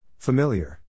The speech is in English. Familiar